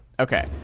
okay